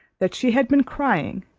that she had been crying,